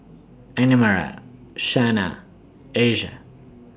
Annemarie Shana Asia